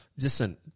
listen